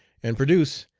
and produce,